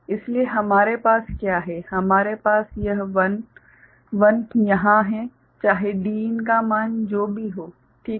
इसलिए हमारे पास क्या हैं हमारे पास यह 1 1 यहाँ है चाहे Din का मान जो भी हो ठीक है